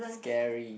scary